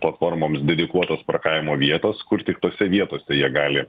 platformoms dedikuotos parkavimo vietos kur tik tose vietose jie gali